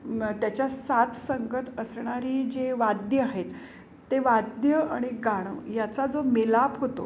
म त्याच्या साथ संगत असणारी जे वाद्य आहेत ते वाद्य आणि गाणं याचा जो मिलाप होतो